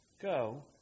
Go